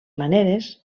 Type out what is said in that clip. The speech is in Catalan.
maneres